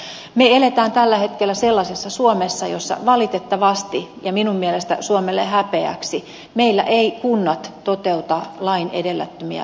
me elämme tällä hetkellä sellaisessa suomessa jossa valitettavasti ja minun mielestäni suomelle häpeäksi meillä eivät kunnat toteuta lain edellyttämiä velvollisuuksia